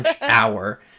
hour